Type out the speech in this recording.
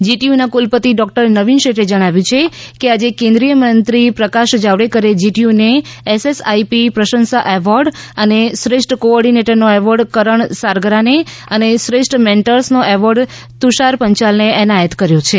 જીટીયુના ક્રલપતિ ડોકટર નવીન શેઠે જણાવ્યું છે કે આજે કેન્દ્રિય મંત્રી પ્રકાશ જાવડેકરે જીટીયુને એસએસઆઇપી પ્રશંસા એવોર્ડ અને શ્રેષ્ઠ કો ઓર્ડિનેટરનો એવોર્ડ કરણ સારગરાને અને શ્રેષ્ઠ મેન્ટર્સનો એવોર્ડ તુષાર પંચાલને એનાયત કર્યો છે